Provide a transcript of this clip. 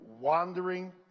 wandering